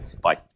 Bye